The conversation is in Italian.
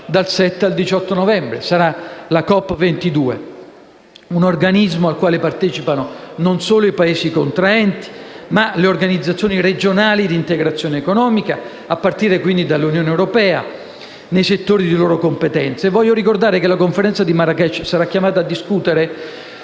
dal 7 al 18 novembre (sarà la COP22). A tale organismo partecipano non solo i Paesi contraenti, ma anche le organizzazioni regionali di integrazione economica, a partire quindi dall'Unione europea, nei settori di loro competenza. Voglio ricordare che la Conferenza di Marrakech sarà chiamata a discutere